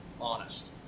honest